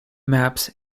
maps